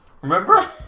Remember